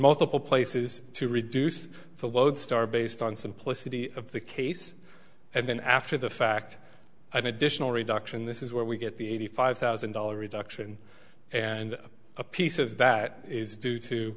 multiple places to reduce the lodestar based on simplicity of the case and then after the fact of a dish no reduction this is where we get the eighty five thousand dollar reduction and a piece of that is due to